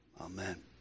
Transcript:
Amen